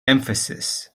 emphasis